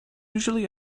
usually